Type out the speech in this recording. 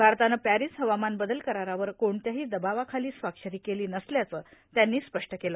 भारतानं पॅरिस हवामान बदल करारावर कोणत्याही दबावाखाली स्वाक्षरी केली नसल्याचं त्यांनी स्पष्ट केलं